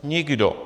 Nikdo.